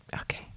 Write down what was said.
Okay